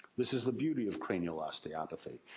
this is the beauty of cranial osteopathy.